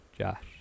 Josh